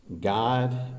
God